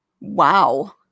wow